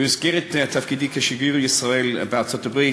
במסגרת תפקידי כשגריר ישראל בארצות-הברית.